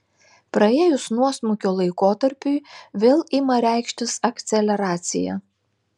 praėjus nuosmukio laikotarpiui vėl ima reikštis akceleracija